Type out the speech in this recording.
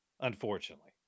unfortunately